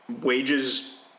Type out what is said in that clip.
wages